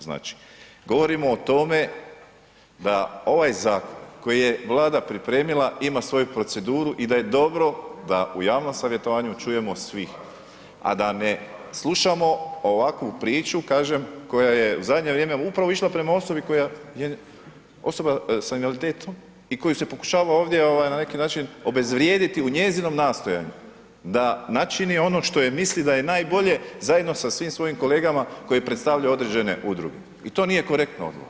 Znači govorimo o tome da ovaj zakon koji je Vlada pripremila ima svoju proceduru i da je dobro da u javnom savjetovanju čujemo svih a da ne slušamo ovakvu priču kažem, koja je u zadnje vrijeme upravo išla prema osobi koja je osoba sa invaliditetom i koju se pokušava ovdje na neki način obezvrijediti u njezinom nastojanju da načini ono što je misli da je nabolje zajedno sa svim svojim kolegama koji predstavljaju određene udruge i to nije korektno od vas, nije.